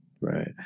right